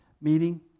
meeting